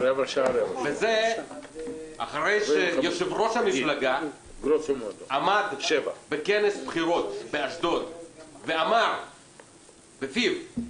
וזה אחרי שיושב-ראש המפלגה עמד בכנס בחירות באשדוד ואמר בפיו,